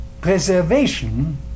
preservation